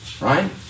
Right